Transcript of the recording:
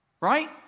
right